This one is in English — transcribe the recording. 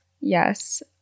Yes